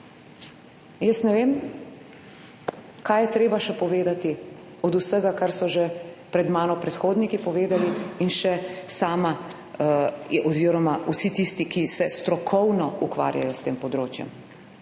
Jaz ne vem kaj je treba še povedati od vsega, kar so že pred mano predhodniki povedali in še sama oziroma vsi tisti, ki se strokovno ukvarjajo s tem področjem?